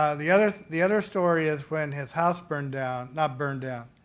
the other the other story is when his house burned down not burned down.